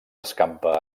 escampa